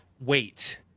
wait